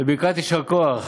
וברכת יישר כוח